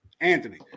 Anthony